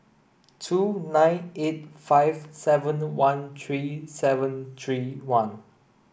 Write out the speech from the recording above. two nine eight five seven one three seven three one